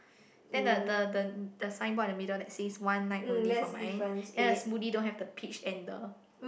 then the the the the sign board in the middle that says one night only for mine then the smoothie don't have the peach and the